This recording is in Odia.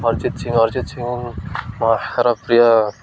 ଅରିଜିତ ସିଂ ଅରିଜିତ ସିଂ ପ୍ରିୟ